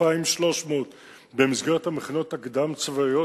ו-2,300 במסגרת המכינות הקדם-צבאיות.